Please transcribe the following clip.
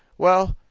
well,